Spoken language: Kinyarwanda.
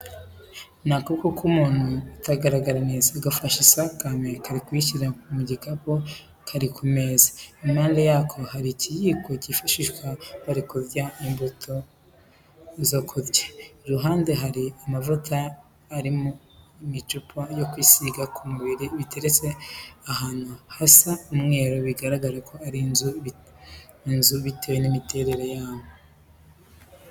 Ni akaboko k'umuntu utagaragara neza gafashe isakame kari kuyishyira mu gakapu kari ku meza. Impande yako hari ikiyiko bifashisha bari kurya n'imbuto zo kurya. Iruhande hari n'amavuta ari mu icupa yo kwisiga ku mubiri biteretse ahantu hasa umweru bigaragara ko ari mu nzu bitewe n'imiterere yaho.